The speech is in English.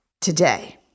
today